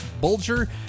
Bulger